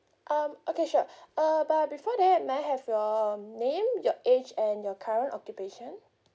um okay sure uh but before that may I have your name your age and your current occupation